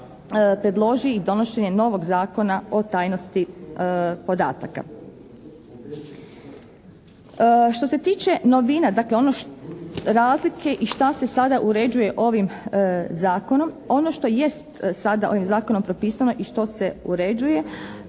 predloži i donošenje novog zakona o tajnosti podataka. Što se tiče novina, dakle razlike i šta se sada uređuje ovim zakonom, ono što jest sada ovim zakonom propisano i što se uređuje,